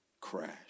crash